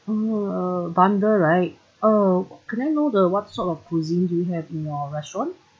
uh bundle right uh could I know the what sort of cuisines you have in your restaurant